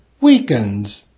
weakens